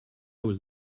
was